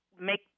make